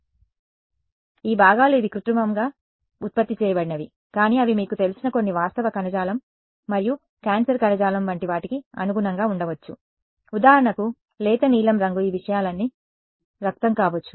కాబట్టి ఆ భాగాలు ఇవి కృత్రిమంగా ఉత్పత్తి చేయబడినవి కానీ అవి మీకు తెలిసిన కొన్ని వాస్తవ కణజాలం మరియు క్యాన్సర్ కణజాలం వంటి వాటికి అనుగుణంగా ఉండవచ్చు ఉదాహరణకు లేత నీలం రంగు ఈ విషయాలన్నీ రక్తం కావచ్చు